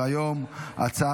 ההצבעה: 32 בעד, אין מתנגדים.